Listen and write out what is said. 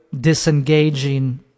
disengaging